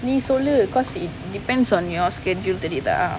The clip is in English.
நீ சொல்லு:nee sollu because it depends on your schedule தெரியுதா:theriyuthaa